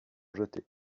jetées